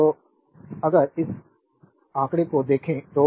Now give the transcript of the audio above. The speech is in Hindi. तो अगर उस आंकड़े को देखें 21